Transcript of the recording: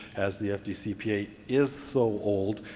as the fdcpa is so old,